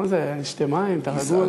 מה זה היה, תשתה מים, אתה רגוע?